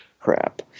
Crap